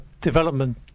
development